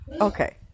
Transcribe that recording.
Okay